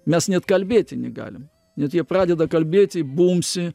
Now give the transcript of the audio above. mes net kalbėti negalim net jie pradeda kalbėti bumbsi